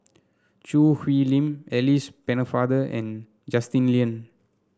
Choo Hwee Lim Alice Pennefather and Justin Lean